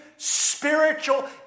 spiritual